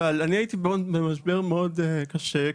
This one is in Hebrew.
אני הייתי במשבר מאוד קשה.